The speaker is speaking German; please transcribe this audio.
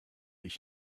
ich